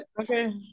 Okay